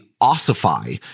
ossify